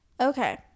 Okay